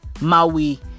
Maui